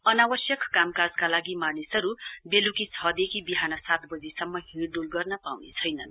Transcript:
अनावश्यक कामकाजका लागि मानिसहरू बेल्की छ देखि विहान सात बजीसम्म हिँड इल गर्न पाउनेछैनन्